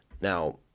Now